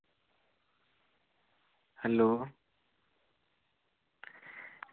hello